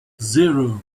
zero